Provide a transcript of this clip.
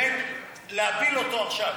בין להפיל אותו עכשיו